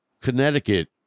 Connecticut